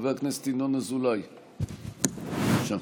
חבר הכנסת ינון אזולאי, בבקשה.